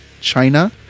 China